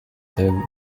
tables